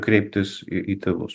kreiptis į į tėvus